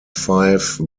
five